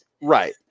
Right